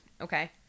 okay